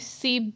see